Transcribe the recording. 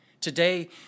Today